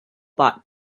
bought